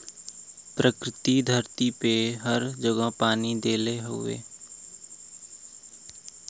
प्रकृति धरती पे हर जगह पानी देले हउवे